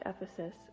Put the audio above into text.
Ephesus